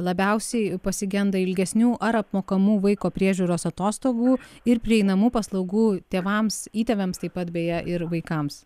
labiausiai pasigenda ilgesnių ar apmokamų vaiko priežiūros atostogų ir prieinamų paslaugų tėvams įtėviams taip pat beje ir vaikams